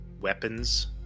weapons